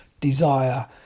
desire